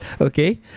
Okay